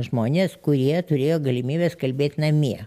žmonės kurie turėjo galimybes kalbėt namie